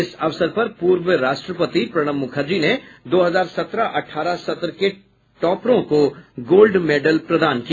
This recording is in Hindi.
इस अवसर पर पूर्व राष्ट्रपति प्रणब मुखर्जी ने दो हजार सत्रह अठारह सत्र के टॉपरों को गोल्ड मेडल प्रदान किया